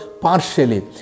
partially